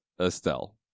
Estelle